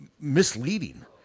misleading